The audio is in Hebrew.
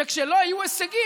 וכשלא יהיו הישגים,